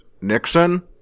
Nixon